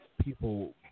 people